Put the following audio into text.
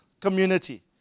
Community